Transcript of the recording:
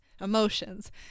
emotions